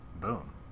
boom